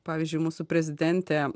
pavyzdžiui mūsų prezidentė